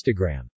Instagram